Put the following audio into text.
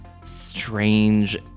strange